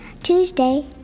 Tuesday